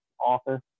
office